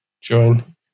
join